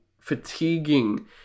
fatiguing